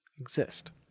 exist